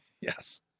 Yes